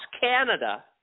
Canada